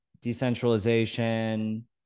decentralization